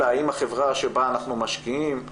אלא האם החברה שבה אנחנו משקיעים,